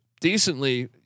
decently